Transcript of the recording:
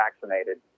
vaccinated